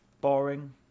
boring